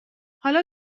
حالا